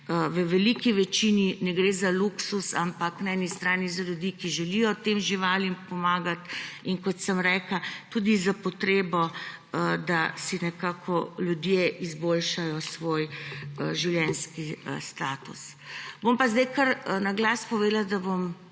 v veliki večini ne gre za luksuz, ampak za ljudi, ki želijo tem živalim pomagati, in kot sem rekla tudi za potrebe, da si nekako ljudje izboljšajo svoj življenjski status. Bom pa zdaj kar na glas povedala, da bom